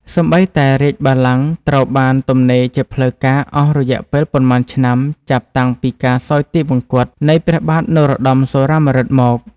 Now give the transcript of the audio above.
សូម្បីតែរាជបល្ល័ង្កត្រូវបានទំនេរជាផ្លូវការអស់រយៈពេលប៉ុន្មានឆ្នាំចាប់តាំងពីការសោយទីវង្គតនៃព្រះបាទនរោត្តម សុរាម្រិតមក។